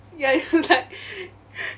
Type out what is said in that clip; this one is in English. ya it's like